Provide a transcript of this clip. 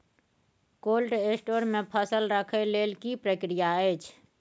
Cold store मे फसल रखय लेल की प्रक्रिया अछि?